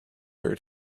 her